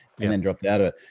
and then dropped out of it.